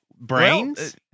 Brains